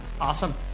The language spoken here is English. Awesome